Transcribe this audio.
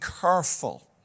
careful